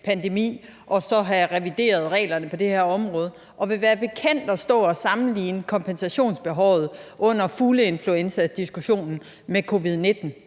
pandemi, og så have revideret reglerne på det her område, og at man vil være bekendt at stå og sammenligne kompensationsbehovet under fugleinfluenzaen med det under covid-19,